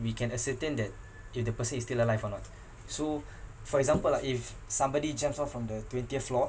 we can ascertain that if the person is still alive or not so for example lah if somebody jumps off from the twentieth floor